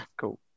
cool